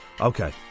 Okay